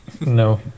No